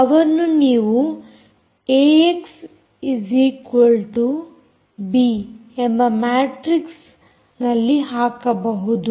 ಅವನ್ನು ನೀವು ಏಎಕ್ಸ್ಬಿಎಂಬ ಮ್ಯಾಟ್ರಿಕ್ಸ್ನಲ್ಲಿ ಹಾಕಬಹುದು